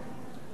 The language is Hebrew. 30 בעד,